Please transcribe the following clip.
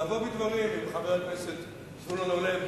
היא לבוא בדברים עם חבר הכנסת זבולון אורלב,